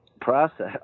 process